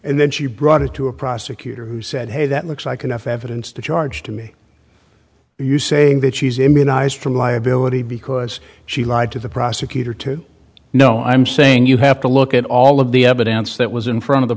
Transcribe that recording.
and then she brought it to a prosecutor who said hey that looks like enough evidence to charge to me you saying that she's immunized from liability because she lied to the prosecutor too no i'm saying you have to look at all of the evidence that was in front of the